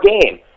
game